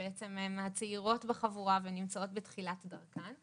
שהן בעצם מהצעירות בחבורה והן נמצאות בתחילת דרכן.